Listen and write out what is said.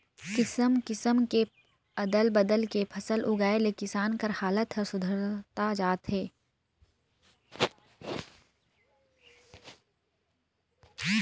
किसम किसम के अदल बदल के फसल उगाए ले किसान कर हालात हर सुधरता जात हे